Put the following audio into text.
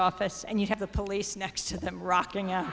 office and you have the police next to them rocking out